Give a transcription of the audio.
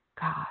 God